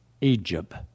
Egypt